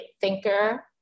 thinker